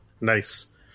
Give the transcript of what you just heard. Nice